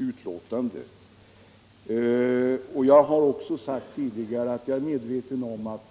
marknadsföringsla Jag har också sagt tidigare att jag är medveten om att